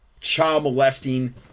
Child-molesting